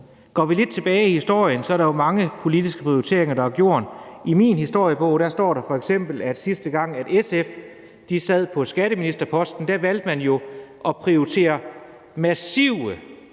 Går vi lidt tilbage i historien, er der jo mange politiske prioriteringer, der er foretaget. I min historiebog står der f.eks., at sidste gang SF sad på skatteministerposten, valgte man at prioritere massive,